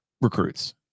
recruits